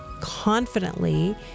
confidently